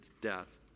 death